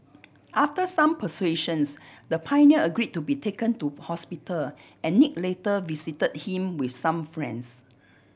after some persuasions the pioneer agreed to be taken to hospital and Nick later visited him with some friends